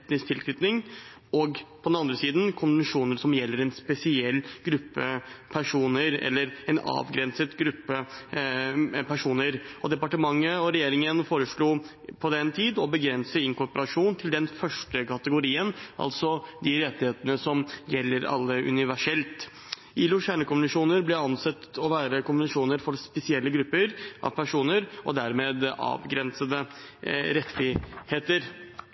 tilknytning, og på den andre siden konvensjoner som gjelder en spesiell gruppe eller en avgrenset gruppe personer. Departementet og regjeringen foreslo på den tiden å begrense inkorporasjon til den første kategorien, altså de rettighetene som gjelder alle – universelt. ILOs kjernekonvensjoner ble ansett å være konvensjoner for spesielle grupper av personer og dermed avgrensede rettigheter.